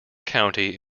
county